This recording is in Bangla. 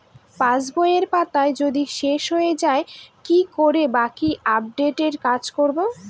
পাসবইয়ের পাতা যদি শেষ হয়ে য়ায় কি করে বাকী আপডেটের কাজ করব?